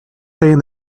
saying